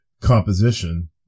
composition